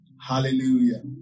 Hallelujah